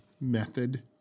method